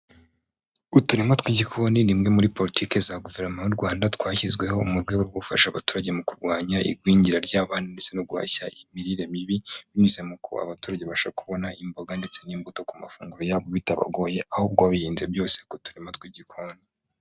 Uturima tw'igikoni ni imwe muri politiki za guverinoma y'u Rwanda, twashyizweho mu rwego rwo gufasha abaturage mu kurwanya igwingira ry'abana ndetse no guhashya imirire mibi, binyuze mu baturage babasha kubona imboga ndetse n'imbuto ku mafunguro yabo bitabagoye, ahubwo bihinze byose ku turima tw'igikoni.